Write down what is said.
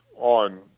on